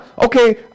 okay